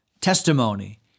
testimony